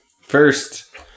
first